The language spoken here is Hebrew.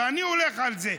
ואני הולך על זה,